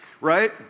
right